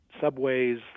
subways